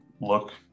look